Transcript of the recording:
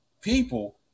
people